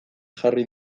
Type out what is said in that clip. jarri